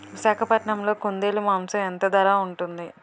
విశాఖపట్నంలో కుందేలు మాంసం ఎంత ధర ఉంటుంది?